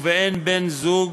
ובאין בן-זוג,